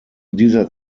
dieser